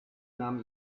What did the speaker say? nahm